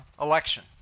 election